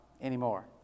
anymore